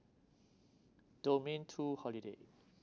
domain to holiday